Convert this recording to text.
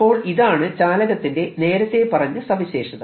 അപ്പോൾ ഇതാണ് ചാലകത്തിന്റെ നേരത്തെ പറഞ്ഞ സവിശേഷത